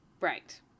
Right